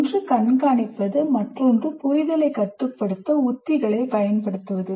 ஒன்று கண்காணிப்பது மற்றொன்று புரிதலை கட்டுப்படுத்த உத்திகளைப் பயன்படுத்துவது